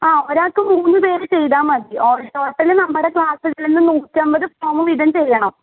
ആ ഒരാൾക്ക് മൂന്ന് പേരെ ചെയ്താൽ മതി ടോട്ടല് നമ്മുടെ ക്ലാസ്സിൽ നിന്ന് നൂറ്റൻപത് ഫോമ് വീതം ചെയ്യണം